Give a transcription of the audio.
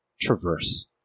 traverse